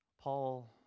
Paul